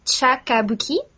Chakabuki